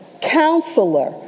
counselor